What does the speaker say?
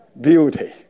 beauty